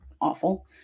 awful